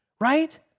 right